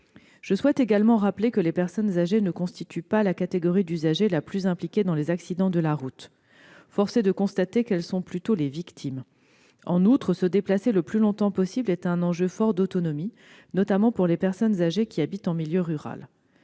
Je souhaite également rappeler que les personnes âgées ne constituent pas la catégorie d'usagers la plus impliquée dans les accidents de la route. Force est de constater qu'elles en sont plutôt les victimes. En outre, se déplacer le plus longtemps possible est un enjeu fort d'autonomie, notamment pour les personnes âgées qui habitent en milieu rural.